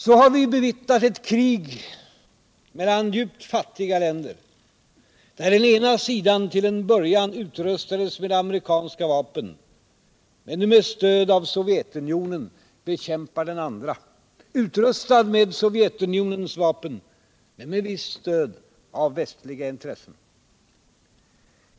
Så har vi bevittnat ett krig mellan fattiga länder, där den ena sidan till en början utrustades med amerikanska vapen men med stöd av Sovjetunionen bekämpar den andra, utrustad med Sovjetunionens vapen men med visst stöd av västliga intressen.